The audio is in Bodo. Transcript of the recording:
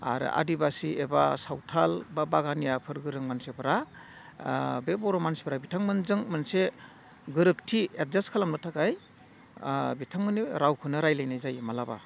आरो आदिबासि एबा सावथाल बा बागानियाफोर गोरों मानसिफोरा बे बर' मानसिफोरा बिथांमोनजों मोनसे गोरोबथि एडजास्ट खालामनो थाखाय बिथांमोननि रावखौनो रायज्लायनाय जायो माब्लाबा